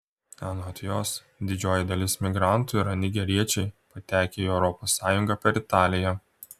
anot jos didžioji dalis migrantų yra nigeriečiai patekę į europos sąjungą per italiją